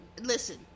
Listen